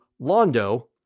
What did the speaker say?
Londo